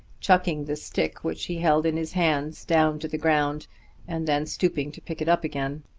chucking the stick which he held in his hands down to the ground and then stooping to pick it up again.